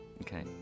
Okay